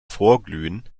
vorglühen